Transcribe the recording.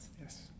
Yes